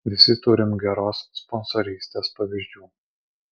visi turim geros sponsorystės pavyzdžių